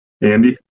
Andy